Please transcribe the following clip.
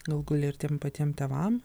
galų gale ir tiem patiem tėvam